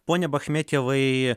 pone bachmetjevai